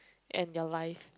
and your life